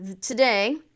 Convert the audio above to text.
today